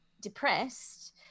depressed